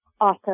Awesome